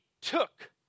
took